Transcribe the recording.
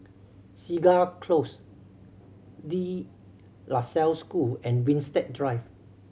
Segar Close De La Salle School and Winstedt Drive